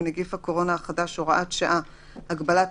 נגיף הקורונה החדש (הוראת שעה) (הגבלת